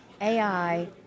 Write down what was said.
AI